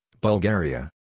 Bulgaria